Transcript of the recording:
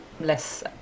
less